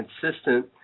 consistent